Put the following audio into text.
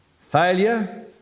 failure